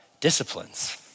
disciplines